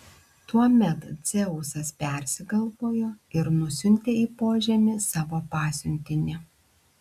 tuomet dzeusas persigalvojo ir nusiuntė į požemį savo pasiuntinį